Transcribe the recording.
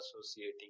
associating